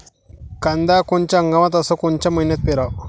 कांद्या कोनच्या हंगामात अस कोनच्या मईन्यात पेरावं?